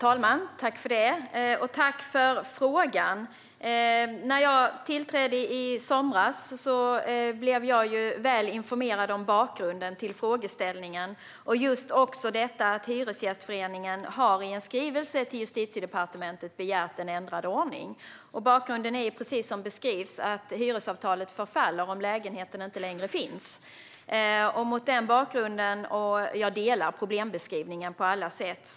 Herr talman! Tack för frågan! När jag tillträdde i somras blev jag väl informerad om bakgrunden till frågan. Jag fick veta att Hyresgästföreningen i en skrivelse till Justitiedepartementet har begärt en ändrad ordning. Bakgrunden är precis som beskrivs, nämligen att hyresavtalet förfaller om lägenheten inte längre finns. Jag instämmer i problembeskrivningen på alla sätt.